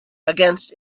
against